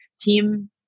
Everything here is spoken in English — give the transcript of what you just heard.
team